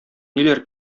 ниләр